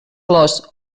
flors